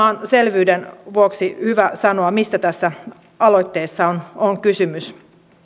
on selvyyden vuoksi hyvä sanoa mistä tässä aloitteessa on kysymys